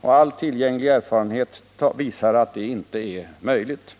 All tillgänglig erfarenhet visar att det inte är möjligt.